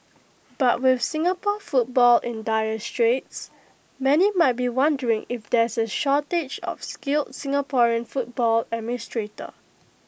but with Singapore football in dire straits many might be wondering if there's A shortage of skilled Singaporean football administrators